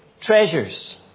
treasures